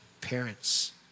parents